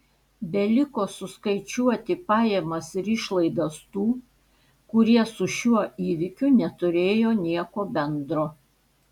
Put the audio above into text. beliko suskaičiuoti pajamas ir išlaidas tų kurie su šiuo įvykiu neturėjo nieko bendro